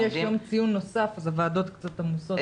היום יש יום ציון נוסף אז הוועדות קצת עמוסות.